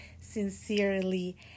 sincerely